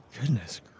Goodness